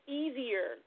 easier